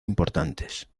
importantes